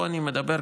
פה אני מדבר,